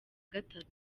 gatatu